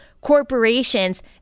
corporations